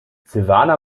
silvana